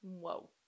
Whoa